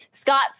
Scott